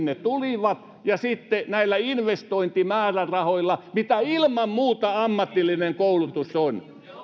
ne tulivat ja sitten näillä investointien määrärahoilla mitä ilman muuta ammatillinen koulutus on